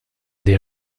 des